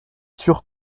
sûr